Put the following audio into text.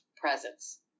presence